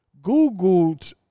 Googled